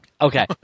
Okay